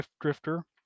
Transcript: Drifter